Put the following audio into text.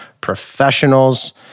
professionals